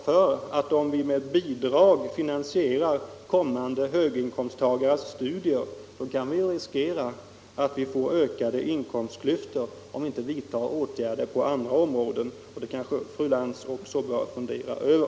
För om vi med bidrag finansierar kommande höginkomsttagares studier kan vi riskera att få ökade inkomstklyftor om vi inte vidtar åtgärder på andra områden, och 107 det kanske fru Lantz också bör fundera över.